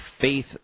faith